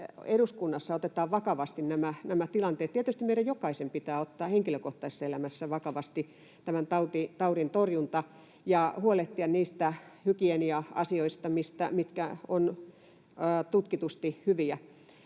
eduskunnassa otetaan vakavasti nämä tilanteet. Tietysti meidän jokaisen pitää ottaa henkilökohtaisessa elämässä vakavasti tämän taudin torjunta ja huolehtia niistä hygienia-asioista, mitkä ovat tutkitusti hyviä.